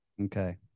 okay